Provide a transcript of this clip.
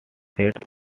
said